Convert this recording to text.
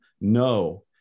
no